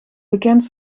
bekend